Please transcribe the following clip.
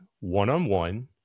one-on-one